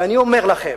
ואני אומר לכם,